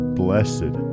blessed